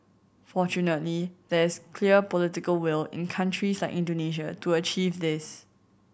fortunately there is clear political will in countries like Indonesia to achieve this